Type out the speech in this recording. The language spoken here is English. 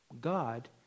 God